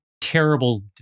terrible